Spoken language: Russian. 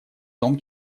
том